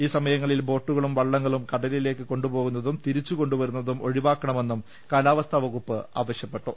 ഇൌ സമയങ്ങളിൽ ബോട്ടുകളും വള്ളങ്ങളും കടലിലേക്ക് കൊണ്ടുപോകുന്നതും തിരിച്ചു കൊണ്ടുവരുന്നതും ഒഴിവാക്കണമെന്നും കാലാവസ്ഥാ വകുപ്പ് ആവശ്യപ്പെട്ടു